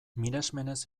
miresmenez